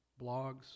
blogs